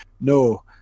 No